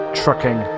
trucking